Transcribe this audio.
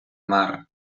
mar